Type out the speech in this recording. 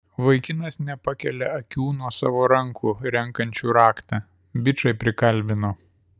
vaikinas nepakelia akių nuo savo rankų renkančių raktą bičai prikalbino